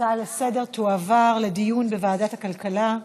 ההצעה לסדר-היום תועבר לדיון בוועדת הכלכלה.